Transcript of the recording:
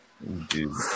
Dude